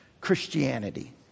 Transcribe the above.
Christianity